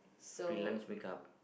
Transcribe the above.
freelance make -p